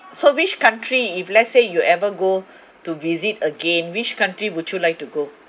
so which country if let's say you ever go to visit again which country would you like to go